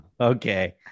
okay